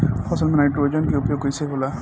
फसल में नाइट्रोजन के उपयोग कइसे होला?